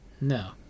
No